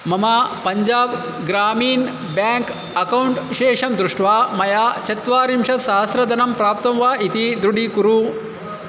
ममा पञ्जाब् ग्रामीण bank account शेषं दृष्ट्वा मया चत्वारिंशत्सहस्रं धनं प्राप्तं वा इति दृढीकुरु